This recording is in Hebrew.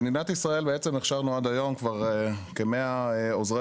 במדינת ישראל הכשרנו עד היום כבר כ-100 עוזרי